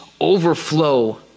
overflow